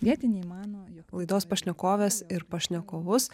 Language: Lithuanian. vietiniai mano jog laidos pašnekovės ir pašnekovus